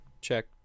check